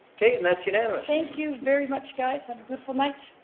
okay and that's unanimous. thank you very much guys. have a beautiful night.